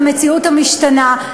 למציאות המשתנה.